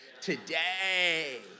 today